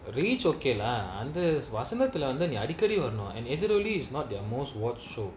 reach okay lah அந்த வசந்ததுல வந்து நீ அடிக்கடி வரணு:antha vasanthathula vanthu nee adikadi varanu and எதிரொலி:ethiroli is not there most work show